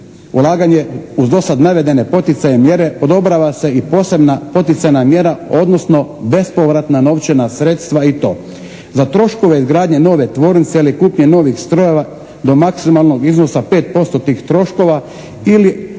ulaganje uz do sada navedene poticaje i mjere odobrava se i posebna poticajna mjera odnosno bespovratna novčana sredstva i to: za troškove izgradnje nove tvornice ili kupnje novih strojeva do maksimalnog iznosa 5% tih troškova ali u